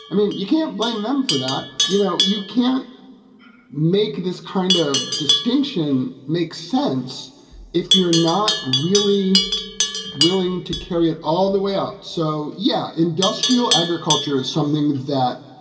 i mean, you can't blame them for that. you know, you can't make this kind of distinction make sense if you're not really willing to carry it all the way out so, yeah, industrial agriculture is something that.